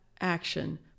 action